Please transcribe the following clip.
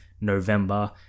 November